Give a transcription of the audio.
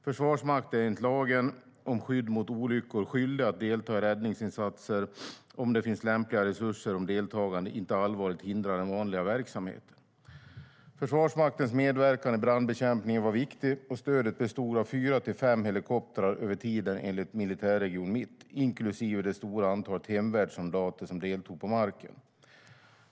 Försvarsmakten är enligt lagen om skydd mot olyckor skyldig att delta i räddningsinsatser om det finns lämpliga resurser och om deltagandet inte allvarligt hindrar den vanliga verksamheten. Försvarsmaktens medverkan i brandbekämpningen var viktig, och stödet bestod av fyra till fem helikoptrar över tiden, enligt Militärregion Mitt, inklusive det stora antalet hemvärnssoldater som deltog på marken.